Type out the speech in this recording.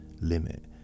limit